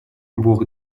бог